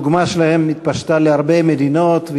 הדוגמה שלהם התפשטה להרבה מדינות,